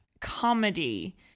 comedy